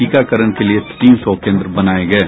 टीकाकरण के लिये तीन सौ केन्द्र बनाये गये